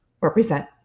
represent